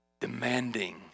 demanding